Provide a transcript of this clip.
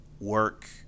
work